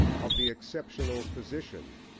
of the exceptional position,